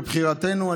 בבחירתנו,